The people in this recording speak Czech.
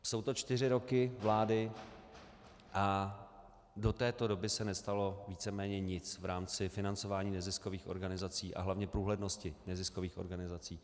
Jsou to čtyři roky vlády a do této doby se nestalo více méně nic v rámci financování neziskových organizací a hlavně průhlednosti neziskových organizací.